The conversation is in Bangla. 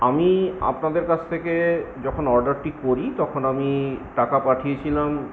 আমি আপনাদের কাছ থেকে যখন অর্ডারটি করি তখন আমি টাকা পাঠিয়েছিলাম